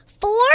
Four